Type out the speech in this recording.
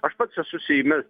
aš pats esu seime